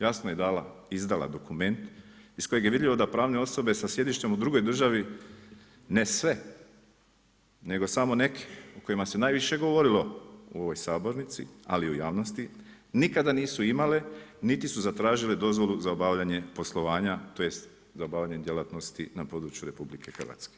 Jasno je izdala dokument iz kojeg je vidljivo da pravne osobe sa sjedištem u drugoj državi ne sve, nego samo neke, o kojima se najviše govorilo u ovoj sabornici ali i u javnosti, nikada nisu imale niti su zatražile dozvolu da obavljanje poslovanja tj. za obavljanje djelatnosti na području RH.